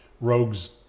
Rogue's